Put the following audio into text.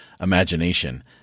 imagination